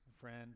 friend